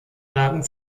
lagen